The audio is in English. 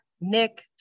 Nick